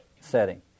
setting